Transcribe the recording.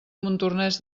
montornès